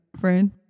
friend